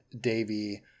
Davy